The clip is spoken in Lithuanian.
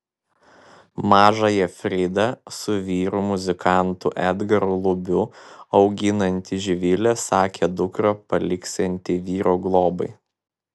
mažąją fridą su vyru muzikantu edgaru lubiu auginanti živilė sakė dukrą paliksianti vyro globai